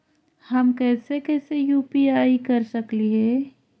हम कैसे कैसे यु.पी.आई कर सकली हे?